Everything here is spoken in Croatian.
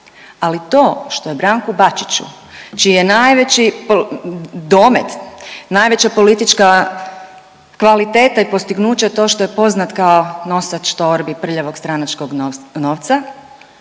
Ali to što je Branku Bačiću čiji je najveći domet, najveća politička kvaliteta i postignuće to što je poznat kao nosač torbi prljavog stranačkog novca,